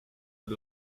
are